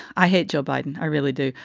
i hate joe biden. i really do.